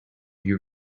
your